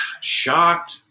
shocked